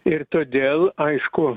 ir todėl aišku